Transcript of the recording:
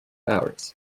ours